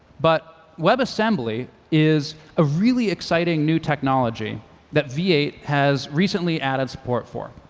but webassembly is a really exciting new technology that v eight has recently added support for.